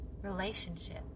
relationship